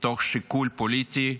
מתוך שיקול פוליטי,